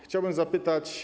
Chciałbym zapytać.